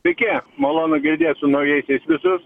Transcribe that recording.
sveiki malonu girdėt su naujaisiais visus